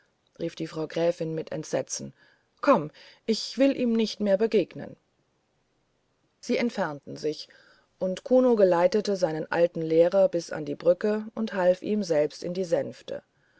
rief die frau gräfin mit entsetzen kommt ich will ihm nicht mehr begegnen sie entfernten sich und kuno geleitete seinen alten lehrer bis an die brücke und half ihm selbst in die sänfte